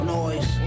noise